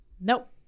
Nope